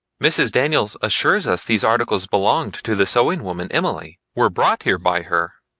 mrs. daniels assures us these articles belonged to the sewing-woman emily were brought here by her.